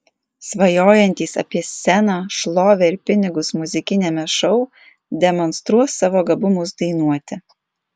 svajojantys apie sceną šlovę ir pinigus muzikiniame šou demonstruos savo gabumus dainuoti